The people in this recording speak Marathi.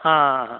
हा हा